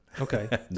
Okay